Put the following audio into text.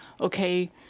okay